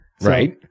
right